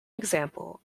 example